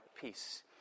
peace